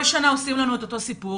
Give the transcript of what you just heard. כל שנה עושים לנו את אותו סיפור,